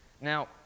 Now